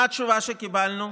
מה התשובה שקיבלנו?